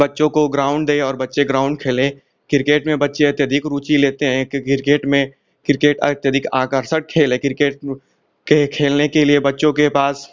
बच्चों को ग्राउन्ड दें और बच्चे ग्राउन्ड खेलें किरकेट में बच्चे अत्यधिक रुचि लेते हैं कि किरकेट में क्रिकेट अत्यधिक आकर्षक खेल है क्रिकेट के खेलने के लिए बच्चों के पास